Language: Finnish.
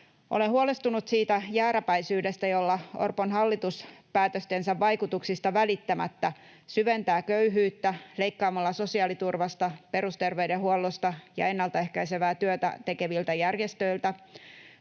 Olen huolestunut siitä jääräpäisyydestä, jolla Orpon hallitus päätöstensä vaikutuksista välittämättä syventää köyhyyttä leikkaamalla sosiaaliturvasta, perusterveydenhuollosta ja ennaltaehkäisevää työtä tekeviltä järjestöiltä,